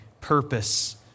purpose